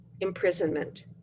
imprisonment